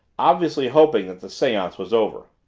obviously hoping that the seance was over.